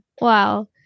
Wow